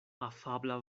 afabla